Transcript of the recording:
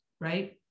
right